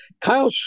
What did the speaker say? kyle